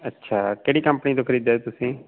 ਅੱਛਾ ਕਿਹੜੀ ਕੰਪਨੀ ਤੋਂ ਖਰੀਦਿਆ ਤੁਸੀਂ